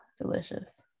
Delicious